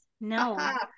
no